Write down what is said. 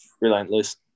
relentless